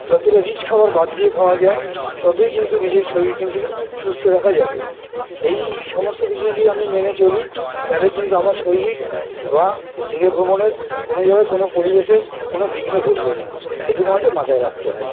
যতটা রিচ খাবার বাদ দিয়ে খাওয়া যায় ততই কিন্তু নিজের শরীর কিন্তু সুস্থ রাখা যাবে এই সমস্ত কিছু যদি আমি মেনে চলি তাহলে কিন্তু আমার শরীর বা দূরে ভ্রমণের কোনও জায়গায় কোনও পরিবেশের কোনো বিঘ্ন ঘটবে না এটুকু আমাদের মাথায় রাখতে হয়